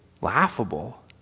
laughable